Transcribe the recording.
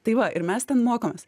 tai va ir mes ten mokomės